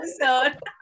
episode